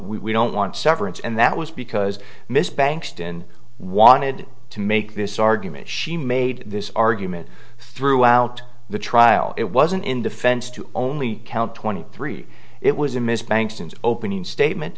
we don't want severance and that was because miss bankston wanted to make this argument she made this argument throughout the trial it wasn't in defense to only count twenty three it was a miss banks opening statement